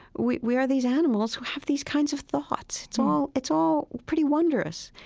we we are these animals who have these kinds of thoughts, it's all it's all pretty wondrous.